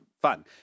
fun